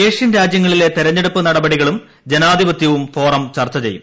Asian രാജ്യങ്ങളിലെ തെരഞ്ഞെടുപ്പ് നടപടികളും ജനാ ധിപത്യവും ഫോറം ചർച്ച ചെയ്യും